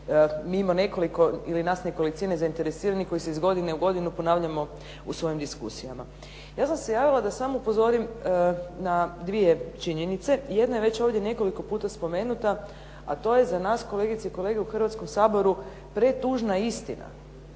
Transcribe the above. mimo nekoliko ili nas nekolicine zainteresiranih koji se iz godine u godinu ponavljamo u svojim diskusijama. Ja sam se javila da samo upozorim na dvije činjenice. Jedna je već ovdje nekoliko puta spomenuta a to je za nas kolegice i kolege u Hrvatskom saboru pretužna istina